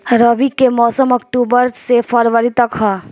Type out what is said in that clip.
रबी के मौसम अक्टूबर से फ़रवरी तक ह